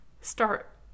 start